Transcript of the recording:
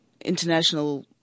international